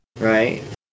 Right